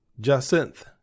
jacinth